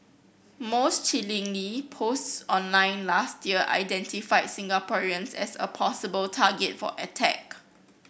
most chillingly posts online last year identified Singaporeans as a possible target for attack